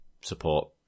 support